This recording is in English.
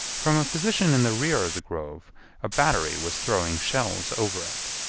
from a position in the rear of the grove a battery was throwing shells over it.